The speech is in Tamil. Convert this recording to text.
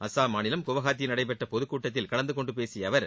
அசாம் மாநிலம் குவஹாத்தியில் நடைபெற்ற பொதுக்கூட்டத்தில் கலந்து கொண்டு பேசிய அவர்